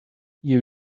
you